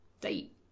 date